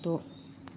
द'